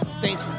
thanks